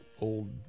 old